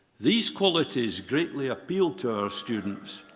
these qualities greatly appealed to our students,